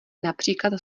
například